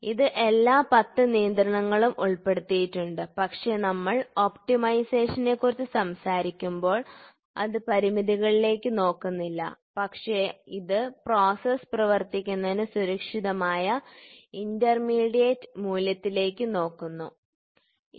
ഇത് എല്ലാ 10 നിയന്ത്രണങ്ങളും ഏർപ്പെടുത്തിയിട്ടുണ്ട് പക്ഷേ നമ്മൾ ഒപ്റ്റിമൈസേഷനെക്കുറിച്ച് സംസാരിക്കുമ്പോൾ അത് പരിമിതികളിലേക്ക് നോക്കുന്നില്ല പക്ഷേ ഇത് പ്രോസസ്സ് പ്രവർത്തിക്കുന്നതിന് സുരക്ഷിതമായ ഇന്റർമീഡിയറ്റ് മൂല്യത്തിലേക്ക് നോക്കുന്നു ശരി